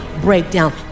Breakdown